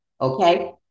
okay